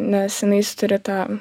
nes jinais turi tą